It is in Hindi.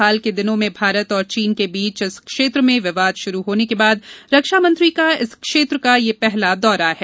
हाल के दिनों में भारत और चीन के बीच इस क्षेत्र में विवाद शुरू होने के बाद रक्षा मंत्री का इस क्षेत्र का यह पहला दौरा है